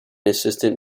assistant